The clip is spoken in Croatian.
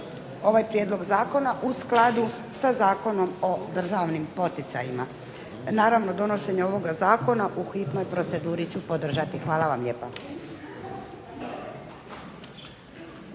ovaj prijedlog zakona u skladu sa Zakonom o državnim poticajima. Naravno donošenje ovog zakona u hitnoj proceduri ću podržati. Hvala vam lijepa.